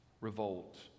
revolt